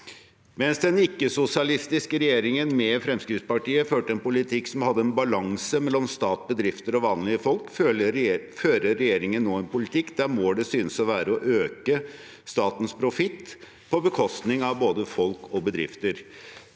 Mens den ikke-sosialistiske regjeringen – med Fremskrittspartiet – førte en politikk som hadde en balanse mellom stat, bedrifter og vanlige folk, fører regjeringen nå en politikk der målet synes å være å øke statens profitt på bekostning av både folk og bedrifter.